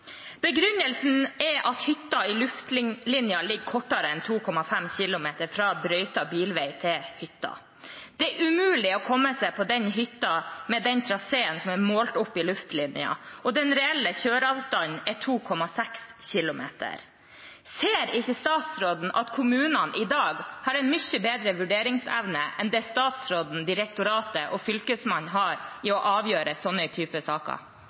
Begrunnelsen er at hytta i luftlinje ligger kortere enn 2,5 km fra brøytet bilvei til hytta. Det er umulig å komme seg på den hytta med den traseen som er målt opp i luftlinje, og den reelle kjøreavstanden er 2,6 km. Ser ikke statsråden at kommunene i dag har en mye bedre vurderingsevne enn det statsråden, direktoratet og Fylkesmannen har til å avgjøre denne typen saker?